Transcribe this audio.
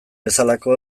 bezalako